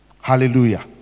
hallelujah